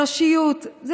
אנושיות, אנושיות.